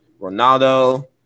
Ronaldo